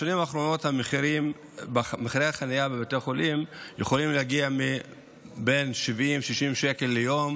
בשנים האחרונות מחירי החניה בבתי החולים יכולים להגיע ל-60 70 שקל ליום